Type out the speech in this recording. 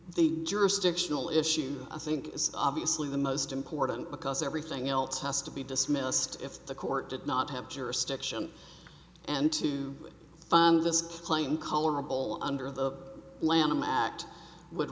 the jurisdictional issue i think is obviously the most important because everything else has to be dismissed if the court did not have jurisdiction and to this plane colorable under the lanham act would